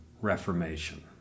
Reformation